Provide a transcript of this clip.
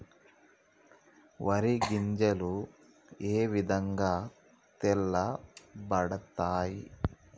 వరి గింజలు ఏ విధంగా తెల్ల పడతాయి?